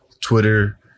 Twitter